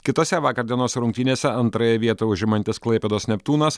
kitose vakar dienos rungtynėse antrąją vietą užimantis klaipėdos neptūnas